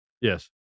Yes